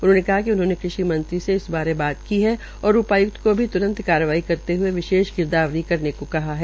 उन्होंने बताया कि उन्होंने कृषि मंत्री से इस बारे बात की है और उपाय्क्त को भी त्रंत कार्रवाई करते हए विशेष गिरदावरी करने को कहा है